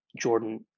Jordan